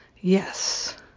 Yes